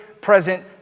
present